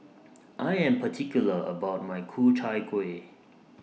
I Am particular about My Ku Chai Kueh